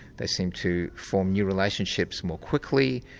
they seem to form new relationships more quickly.